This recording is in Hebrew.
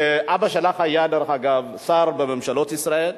כשאבא שלך היה, דרך אגב, שר בממשלת ישראל,